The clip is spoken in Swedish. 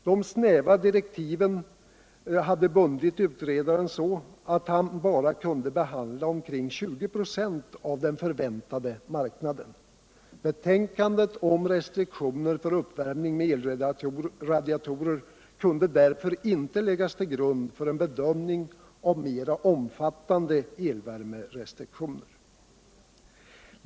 De snäva direktiven hade bundit utredaren så att han bara kunde behandla omkring 20 "5 av den förväntade marknaden. Betänkandet om restriktioner för uppvärmning med elradiatorer kunde därför inte läggas till grund för en bedömning av mera omfattande elvärmerestriktioner.